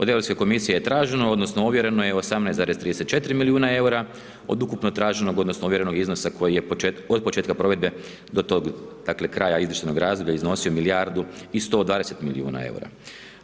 Od Europske komisije je traženo odnosno ovjereno je 18,34 milijuna EUR-a od ukupno traženog odnosno ovjerenog iznosa koji je od početka provedbe do tog, dakle, kraja izvještajnog razdoblja iznosio milijardu i 120 milijuna EUR-a.